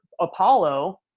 Apollo